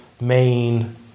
main